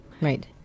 Right